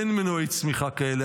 אין מנועי צמיחה כאלה.